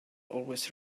always